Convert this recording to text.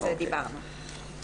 דיברנו על זה.